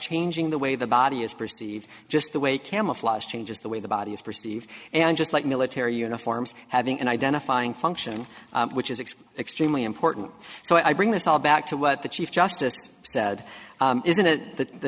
changing the way the body is perceived just the way camouflage changes the way the body is perceived and just like military uniforms having an identifying function which is expect next important so i bring this all back to what the chief justice said isn't that the